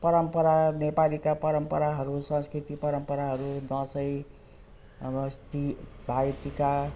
परम्परा नेपालीका परम्पराहरू संस्कृति परम्पराहरू दसैँ अब अस्ति भाइटिका